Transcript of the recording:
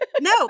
No